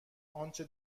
آنچه